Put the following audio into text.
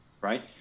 right